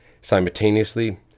Simultaneously